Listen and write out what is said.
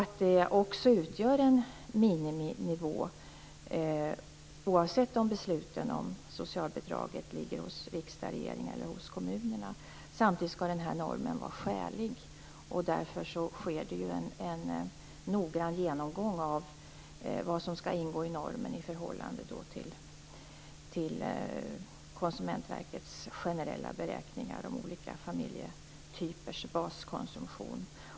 Det utgör också en miniminivå oavsett om besluten om socialbidraget ligger hos riksdag och regering eller hos kommunerna. Samtidigt skall normen vara skälig. Därför sker det en noggrann genomgång av vad som skall ingå i normen i förhållande till Konsumentverkets generella beräkningar om olika familjetypers baskonsumtion.